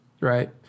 right